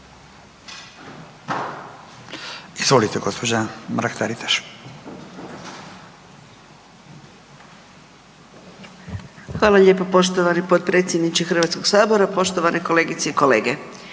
izvolite. **Mrak-Taritaš, Anka (GLAS)** Hvala lijepo poštovani predsjedniče Hrvatskog sabora, poštovane kolegice i kolege.